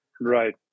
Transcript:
right